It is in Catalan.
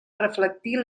reflectir